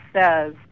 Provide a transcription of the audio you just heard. says